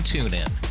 TuneIn